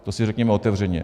To si řekněme otevřeně.